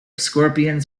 scorpions